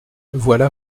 voilà